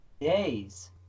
days